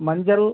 மஞ்சள்